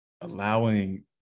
allowing